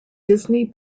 disney